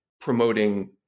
promoting